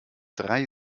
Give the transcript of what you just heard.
drei